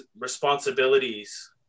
responsibilities